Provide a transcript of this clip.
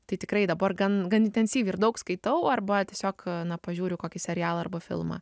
tai tikrai dabar gan gan intensyviai ir daug skaitau arba tiesiog pažiūriu kokį serialą arba filmą